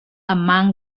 among